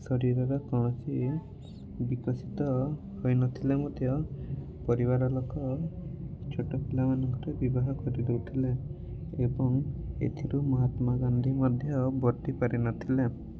ଶରୀରର କୌଣସି ବିକଶିତ ହୋଇନଥିଲେ ମଧ୍ୟ ପରିବାର ଲୋକ ଛୋଟ ପିଲାମାନଙ୍କର ବିବାହ କରିଦେଉଥିଲେ ଏବଂ ଏଥିରୁ ମହାତ୍ମାଗାନ୍ଧୀ ମଧ୍ୟ ବର୍ତି ପାରିନଥିଲେ